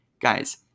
guys